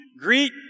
Greet